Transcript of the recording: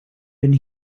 been